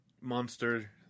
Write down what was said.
monster